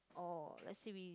or lets say we